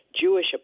Jewish